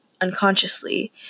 unconsciously